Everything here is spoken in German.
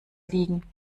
liegen